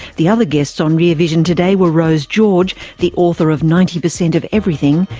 the other guests on rear vision today were rose george, the author of ninety percent of everything,